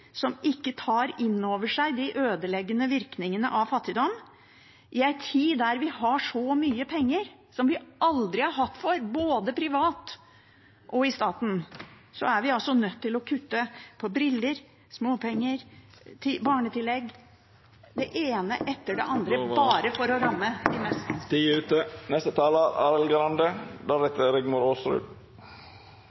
er ikke arbeidslivet. Dessverre har vi nå en regjering som ikke tar inn over seg de ødeleggende virkningene av fattigdom. I en tid da vi har så mye penger som vi aldri har hatt før, verken privat eller i staten, er vi nødt til å kutte i briller, småpenger, barnetillegg, i det ene etter det andre, bare for å ramme de mest